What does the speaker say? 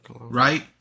Right